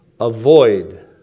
avoid